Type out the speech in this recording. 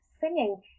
singing